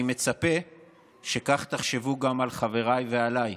אני מצפה שכך תחשבו גם על חבריי ועליי,